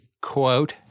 quote